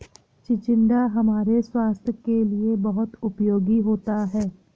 चिचिण्डा हमारे स्वास्थ के लिए बहुत उपयोगी होता है